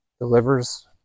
delivers